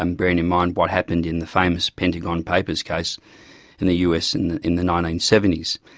and bearing in mind what happened in the famous pentagon papers case in the us in in the nineteen seventy s.